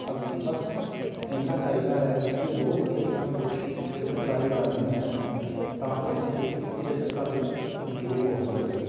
ਅ ਬਸ ਇੰਨਾ ਚਾਹੀਦਾ ਹੈ ਕਿ ਰੋਜ਼ ਕੁਛ ਨਾ ਕੁਛ ਚਿੱਤਰਕਾਰੀ ਕਰਨੀ ਹੈ ਤਾਂ ਜੋ ਸਾਡੀ ਚਿੱਤਰਕਾਰੀ ਇੰਪਰੂਵ ਹੋ ਸਕੇ